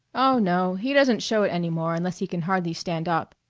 oh, no, he doesn't show it any more unless he can hardly stand up,